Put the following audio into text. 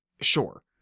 Sure